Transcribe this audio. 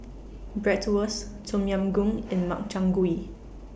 Bratwurst Tom Yam Goong and Makchang Gui